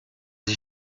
ich